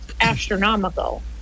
astronomical